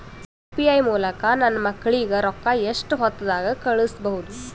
UPI ಮೂಲಕ ನನ್ನ ಮಕ್ಕಳಿಗ ರೊಕ್ಕ ಎಷ್ಟ ಹೊತ್ತದಾಗ ಕಳಸಬಹುದು?